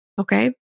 Okay